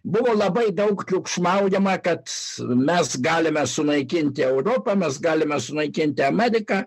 buvo labai daug triukšmaujama kad mes galime sunaikinti europą mes galime sunaikinti ameriką